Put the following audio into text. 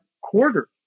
quarter